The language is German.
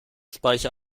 speiche